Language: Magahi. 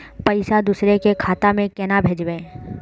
पैसा दूसरे के खाता में केना भेजबे?